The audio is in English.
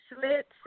slits